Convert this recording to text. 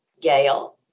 Gail